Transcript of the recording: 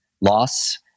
Loss